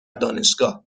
دانشگاه